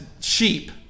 sheep